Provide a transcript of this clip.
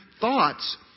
thoughts